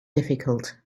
difficult